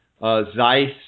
Zeiss